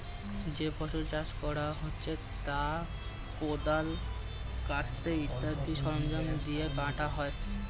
যে ফসল চাষ করা হচ্ছে তা কোদাল, কাস্তে ইত্যাদি সরঞ্জাম দিয়ে কাটা হয়